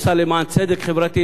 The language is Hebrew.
עושה למען צדק חברתי,